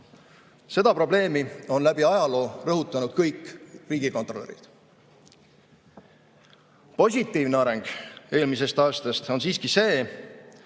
Seda probleemi on läbi ajaloo rõhutanud kõik riigikontrolörid. Positiivne areng eelmisest aastast on siiski see,